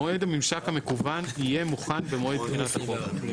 מועד הממשק המקוון יהיה מוכן במועד תחילת החוק.